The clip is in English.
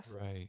right